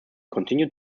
continue